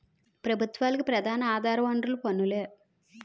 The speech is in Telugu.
ప్రభుత్వాలకు ప్రధాన ఆధార వనరులు పన్నులే